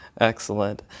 Excellent